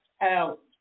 out